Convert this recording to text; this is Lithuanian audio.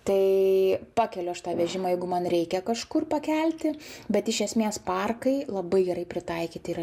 tai pakeliu aš tą vežimą jeigu man reikia kažkur pakelti bet iš esmės parkai labai gerai pritaikyti yra